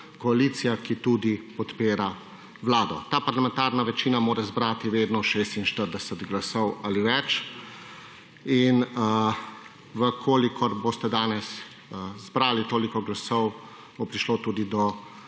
koalicija, ki tudi podpira Vlado. Ta parlamentarna večina mora zbrati vedno 46 glasov ali več in v kolikor boste danes zbrali toliko glasov bo prišlo tudi do